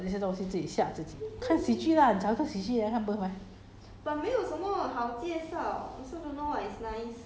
自己吓自己没有东西做找自找这些东西自己吓自己看喜剧 lah 你找一个喜剧来看不可以 meh